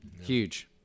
huge